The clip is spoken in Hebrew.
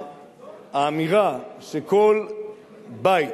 האמירה שכל בית